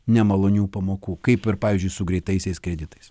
nemalonių pamokų kaip ir pavyzdžiui su greitaisiais kreditais